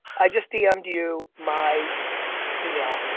i just dm'd you my email.